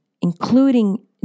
including